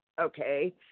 okay